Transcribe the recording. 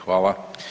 Hvala.